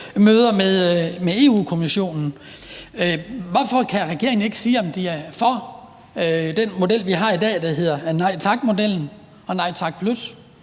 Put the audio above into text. med Europa-Kommissionen«. Hvorfor kan regeringen ikke sige, om de er for den model, vi har i dag, der hedder Nej Tak-modellen og Nej